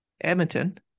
Edmonton